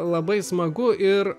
labai smagu ir